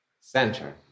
Center